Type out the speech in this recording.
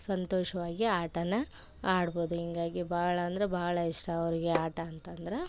ಸಂತೋಷವಾಗಿ ಆಟಾನ ಆಡ್ಬೋದು ಹೀಗಾಗಿ ಭಾಳ ಅಂದ್ರೆ ಭಾಳ ಇಷ್ಟ ಅವ್ರಿಗೆ ಆಟ ಅಂತಂದ್ರೆ